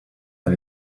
but